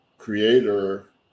creator